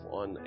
on